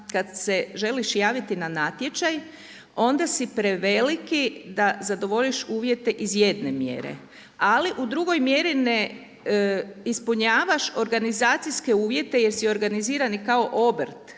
kada se želiš javiti na natječaj onda si preveliki da zadovoljiš uvjete iz jedne mjere ali u drugoj mjeri ne ispunjavaš organizacijske uvjete jer si organizirani kao obrt